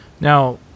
Now